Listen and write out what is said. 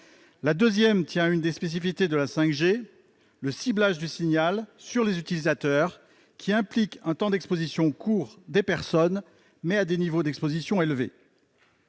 La seconde tient à une des spécificités de la 5G, à savoir le ciblage du signal sur les utilisateurs, qui implique un temps d'exposition court, mais des niveaux d'exposition élevés.